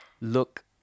look